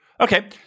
Okay